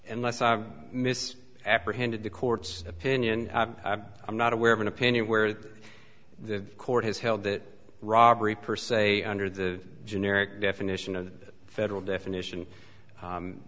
unless i miss apprehended the court's opinion i'm not aware of an opinion where the court has held that robbery per se under the generic definition of the federal definition